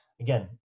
again